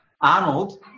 Arnold